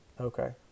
Okay